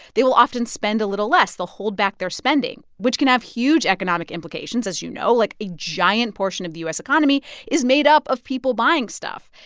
they will often spend a little less. they'll hold back their spending, which can have huge economic implications, as you know. like, a giant portion of the u s. economy is made up of people buying stuff.